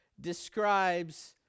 describes